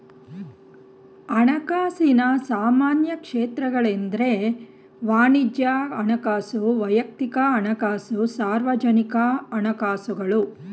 ಹಣಕಾಸಿನ ಸಾಮಾನ್ಯ ಕ್ಷೇತ್ರಗಳೆಂದ್ರೆ ವಾಣಿಜ್ಯ ಹಣಕಾಸು, ವೈಯಕ್ತಿಕ ಹಣಕಾಸು, ಸಾರ್ವಜನಿಕ ಹಣಕಾಸುಗಳು